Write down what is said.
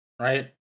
right